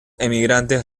emigrantes